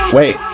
Wait